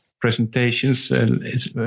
presentations